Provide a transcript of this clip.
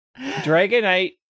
Dragonite